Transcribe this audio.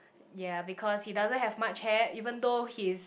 ya because he doesn't have much hair even though he is